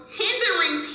hindering